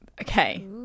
Okay